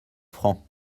francs